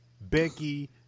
Becky